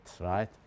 right